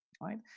right